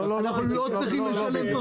אנחנו לא צריך לשלם תוספת.